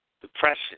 Depression